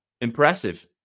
Impressive